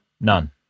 None